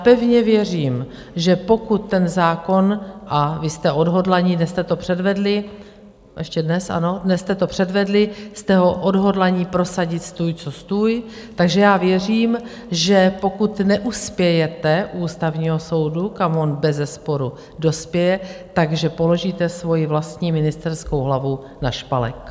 Pevně věřím, že pokud ten zákon, a vy jste odhodlaní dnes jste to předvedli, ještě dnes, ano, dnes jste to předvedli jste ho odhodlaní prosadit stůj co stůj, takže já věřím, že pokud neuspějete u Ústavního soudu, kam on bezesporu dospěje, že položíte svoji vlastní ministerskou hlavu na špalek.